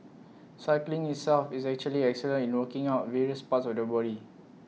cycling itself is actually excellent in working out various parts of the body